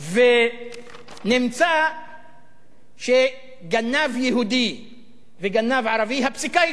ונמצא שגנב יהודי וגנב ערבי, הפסיקה היא שונה.